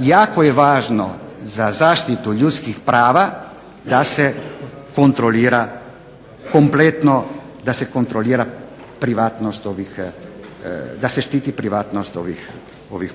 jako je važno za zaštitu ljudskih prava da se kontrolira kompletno da se kontrolira privatnost ovih